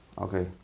okay